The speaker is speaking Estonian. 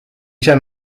ise